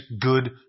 good